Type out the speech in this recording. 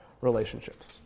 relationships